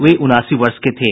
वे उनासी वर्ष के थे